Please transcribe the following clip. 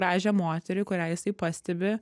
gražią moterį kurią jisai pastebi